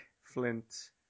Flint